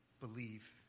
believe